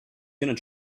going